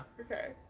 Okay